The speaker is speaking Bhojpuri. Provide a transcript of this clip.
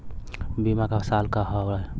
बीमा क साल क होई?